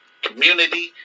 community